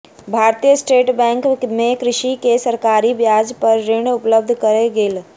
भारतीय State Bank मे कृषक के सरकारी ब्याज पर ऋण उपलब्ध कयल गेल